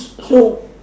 so